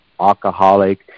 alcoholic